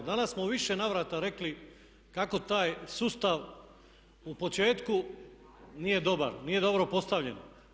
Danas smo u više navrata rekli kako taj sustav u početku nije dobar, nije dobro postavljen.